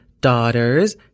daughters